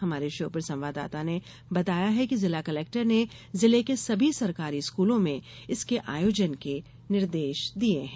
हमारे श्योपूर संवाददाता ने बताया है कि जिला कलेक्टर ने जिले के सभी सरकारी स्कूलों में इसके आयोजन के निर्देश दे दिये हैं